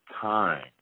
time